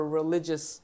religious